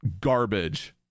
garbage